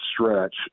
stretch